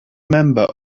member